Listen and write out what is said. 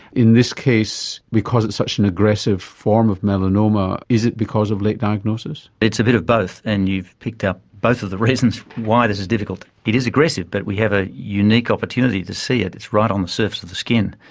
in this case because it's such an aggressive form of melanoma, is it because of late diagnosis? it's a bit of both, and you've picked up both of the reasons why this is is difficult. it is aggressive, but we have a unique opportunity to see it, it's right on the surface of the skin.